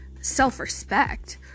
self-respect